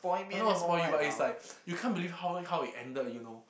I don't want to spoil you but it's like you can't believe how how it ended you know